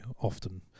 often